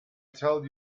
tell